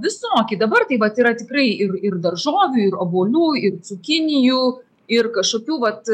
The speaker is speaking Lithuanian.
visoki dabar tai vat yra tikrai ir daržovių ir obuolių ir cukinijų ir kažkokių vat